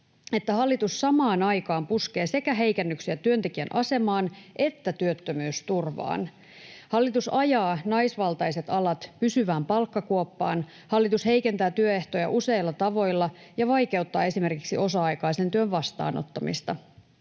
että hallitus samaan aikaan puskee heikennyksiä sekä työntekijän asemaan että työttömyysturvaan. Hallitus ajaa naisvaltaiset alat pysyvään palkkakuoppaan, hallitus heikentää työehtoja useilla tavoilla ja vaikeuttaa esimerkiksi osa-aikaisen työn vastaanottamista.